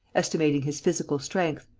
estimating his physical strength,